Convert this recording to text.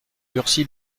lurcy